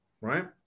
Right